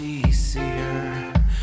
easier